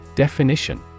Definition